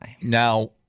Now